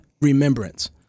remembrance